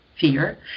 fear